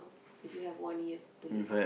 if you have one year to live